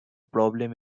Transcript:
problem